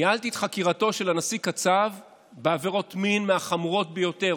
ניהלתי את חקירתו של הנשיא קצב בעבירות מין מהחמורות ביותר,